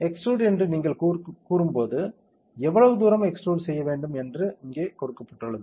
extrude என்று நீங்கள் கூறும்போது எவ்வளவு தூரம் எக்ஸ்ட்ரூட் செய்ய வேண்டும் என்று இங்கே கொடுக்கப்பட்டுள்ளது